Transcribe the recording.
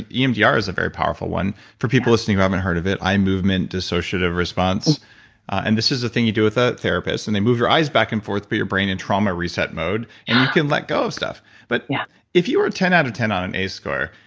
emdr is a very powerful one. for people listening who haven't heard of it, eye movement dissociative response and this is a thing you do with a therapist. and they move your eyes back and forth, put but your brain in trauma reset mode, and you can let go of stuff but yeah if you were ten out of ten on an ace score,